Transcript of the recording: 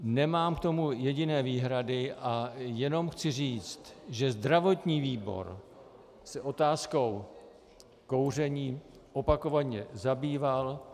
Nemám k tomu jediné výhrady a jenom chci říct, že zdravotní výbor se otázkou kouření opakovaně zabýval.